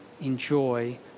enjoy